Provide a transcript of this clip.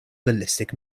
ballistic